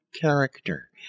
character